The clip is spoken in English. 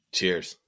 Cheers